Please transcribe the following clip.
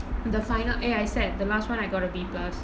the final eh I sad the last one I got a B plus